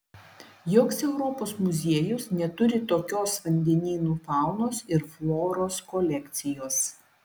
joks europos muziejus neturi tokios vandenynų faunos ir floros kolekcijos